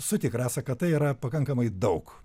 sutik rasa kad tai yra pakankamai daug